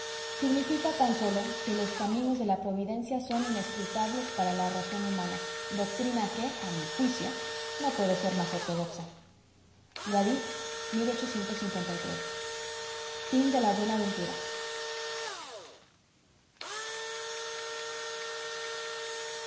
significa tan sólo que los caminos de la providencia son inescrutables para la razón humana doctrina que a mi juicio no puede ser más ortodoxa guadix